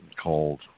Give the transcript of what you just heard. called